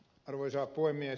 arvoisa puhemies